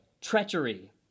treachery